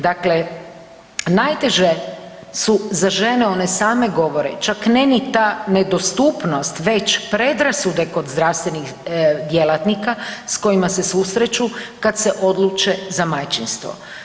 Dakle, najteže su za žene one same govore, čak ne ni ta nedostupnost već predrasude kod zdravstvenih djelatnika s kojima se susreću kad se odluče za majčinstvo.